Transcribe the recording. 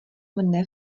mne